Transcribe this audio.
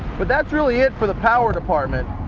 but that's really it for the power department.